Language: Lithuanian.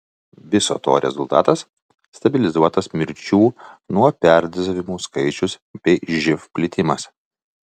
viso to rezultatas stabilizuotas mirčių nuo perdozavimų skaičius bei živ plitimas